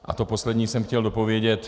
A to poslední jsem chtěl dopovědět.